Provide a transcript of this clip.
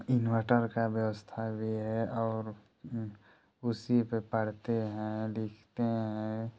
inverter का व्यवस्था भी है और उसी पर पढ़ते हैं लिखते हैं